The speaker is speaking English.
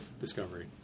discovery